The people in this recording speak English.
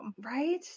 Right